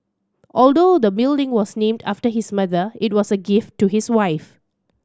although the building was named after his mother it was a gift to his wife